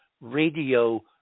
radio